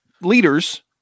leaders